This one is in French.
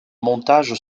montage